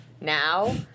now